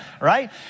right